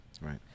Right